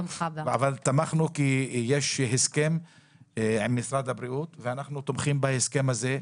תמכנו כי יש הסכם עם משרד הבריאות ואנחנו תומכים בהסכם הזה.